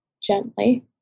gently